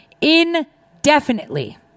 Indefinitely